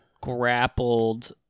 grappled